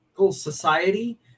Society